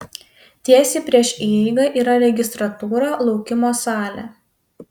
tiesiai prieš įeigą yra registratūra laukimo salė